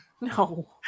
No